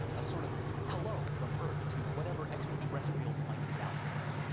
a sort of hello from earth to whatever extraterrestrials might be out there.